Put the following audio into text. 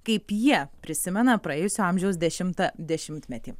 kaip jie prisimena praėjusio amžiaus dešimtą dešimtmetį